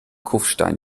kufstein